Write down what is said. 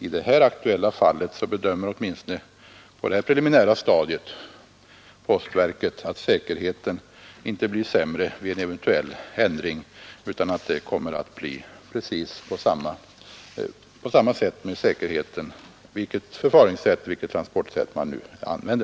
I det här aktuella fallet bedömer åtminstone på detta preliminära stadium postverket att säkerheten inte blir sämre vid en eventuell förändring utan att det blir precis på samma sätt med säkerheten vilket transportsätt man nu kommer att använda.